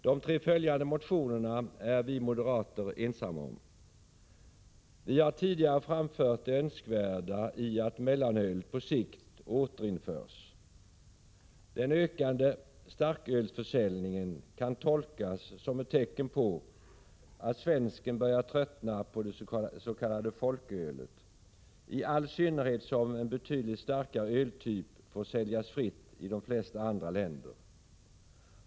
; De tre följande reservationerna är vi moderater ensamma om. Vi har tidigare framfört det önskvärda i att mellanölet på sikt återinförs. Den ökande starkölsförsäljningen kan tolkas som ett tecken på att svensken börjar tröttna på det s.k. folkölet, i all synnerhet som en betydligt starkare öltyp får säljas fritt i de flesta andra länder.